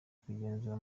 kugenzura